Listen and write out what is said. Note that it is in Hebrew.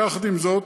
יחד עם זאת,